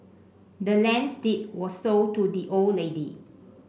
the land's deed was sold to the old lady